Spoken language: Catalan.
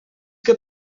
que